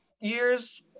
years